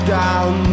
down